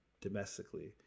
domestically